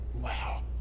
Wow